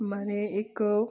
મારે એક